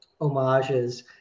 homages